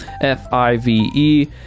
F-I-V-E